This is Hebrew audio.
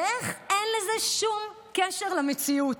ואיך אין לזה שום קשר למציאות.